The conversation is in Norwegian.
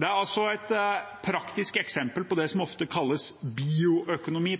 Det er altså et praktisk eksempel på det som ofte kalles bioøkonomi.